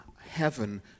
heaven